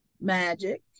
magic